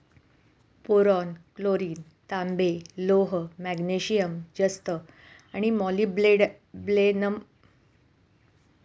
boron, chlorine, तांबे, लोह, magnesium, जस्त आणि मॉलिब्डेनम यांचा सूक्ष्म पोषक घटक म्हणून वापर केला जातो